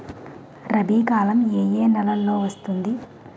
రబీ కాలం ఏ ఏ నెలలో వస్తుంది?